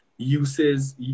Uses